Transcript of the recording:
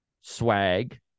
swag